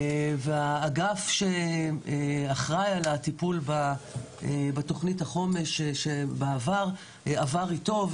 האגף שאחראי על הטיפול בתוכנית החומש שבעבר עבר אתו,